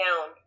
down